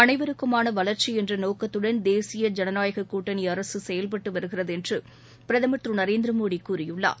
அனைவருக்குமான வளர்ச்சி என்ற நோக்கத்துடன் தேசிய ஜனநாயகக் கூட்டணி அரசு செயல்பட்டு வருகிறது என்று பிரதமர் திரு நரேந்திரமோடி கூறியுள்ளார்